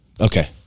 Okay